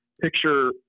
picture